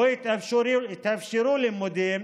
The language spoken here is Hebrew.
לא התאפשרו לימודים,